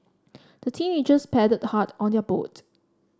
the teenagers paddled hard on their boat